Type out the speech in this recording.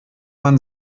man